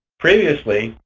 previously,